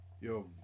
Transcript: Yo